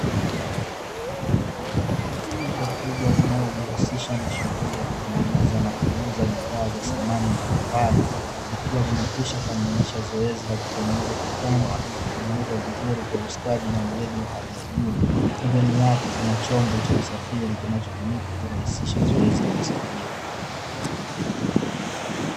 Duka kubwa linalojihusisha na shughuli ya kutengeneza na kuuza bidhaa za samani mbalimbali liliwa limekwishakamilisha zoezi la kutengeneza kitanda kilichotengenezwa vizuri kwa ustadi na weledi wa hali ya juu, pembeni yake kuna chombo cha usafiri kinachotumika kurahisisha zoezi la usafiri.